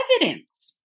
evidence